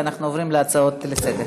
ואז אנחנו עוברים להצעות לסדר-היום.